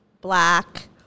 Black